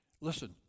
Listen